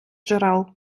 джерел